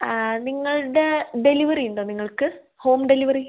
നിങ്ങളുടെ ഡെലിവറിയുണ്ടോ നിങ്ങൾക്ക് ഹോം ഡെലിവറി